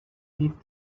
leaf